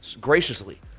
graciously